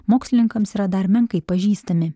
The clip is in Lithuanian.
mokslininkams yra dar menkai pažįstami